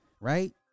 right